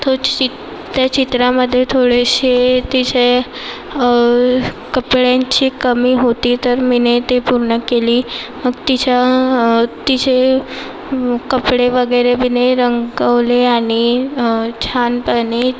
तो चित त्या चित्रामध्ये थोडेसे तिचे कपड्यांचे कमी होती तर मी ते पूर्ण केली मग तिच्या तिचे कपडे वगैरे मी रंगवले आणि छान पणे